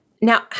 Now